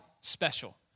special